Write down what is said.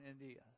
India